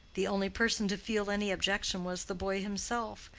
the only person to feel any objection was the boy himself,